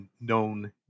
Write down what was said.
known